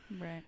Right